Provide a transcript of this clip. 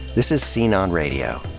this is scene on radio.